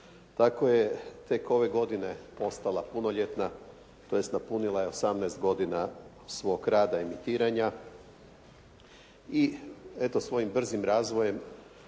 Tako je tek ove godine postala punoljetna, tj. napunila je 18 godina svog rada imitiranja i eto svojim brzim razvojem